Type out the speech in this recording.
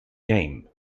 game